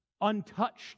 untouched